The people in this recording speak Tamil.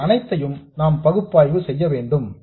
இவை அனைத்தையும் நாம் பகுப்பாய்வு செய்ய வேண்டும்